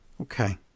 Okay